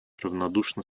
равнодушно